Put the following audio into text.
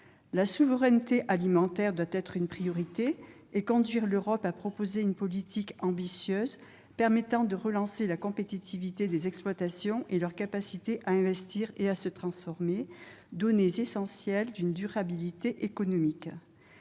La souveraineté alimentaire doit être une priorité et conduire l'Europe à proposer une politique ambitieuse permettant de relancer la compétitivité des exploitations et leur capacité à investir et à se transformer, données essentielles d'une durabilité économique.